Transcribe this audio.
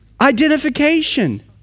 Identification